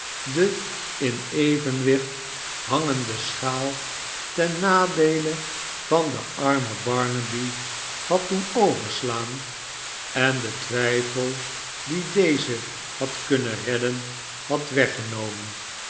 de in evenwicht hangende schaal ten nadeele van den arm en barnaby had doen overslaan enden twijfel die dezen had kunnen redden had weggenomen